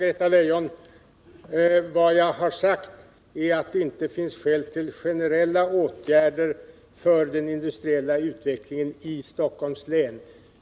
Herr talman! Vad jag har sagt, Anna-Greta Leijon, är att det inte finns skäl till generella åtgärder för den industriella utvecklingen i Stockholms län.